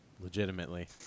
Legitimately